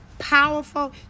Powerful